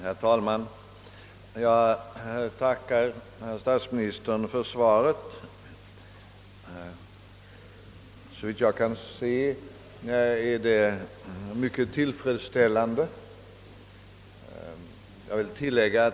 Herr talman! Jag tackar statsminis tern för svaret. Såvitt jag kan se är det mycket tillfredsställande.